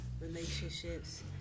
relationships